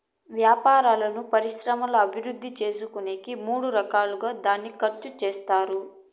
వ్యాపారాలను పరిశ్రమల అభివృద్ధి చేసుకునేకి మూడు రకాలుగా దాన్ని ఖర్చు చేత్తారు